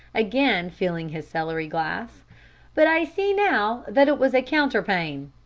again filling his celery-glass, but i see now that it was a counterpane.